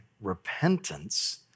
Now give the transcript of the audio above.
repentance